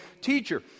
Teacher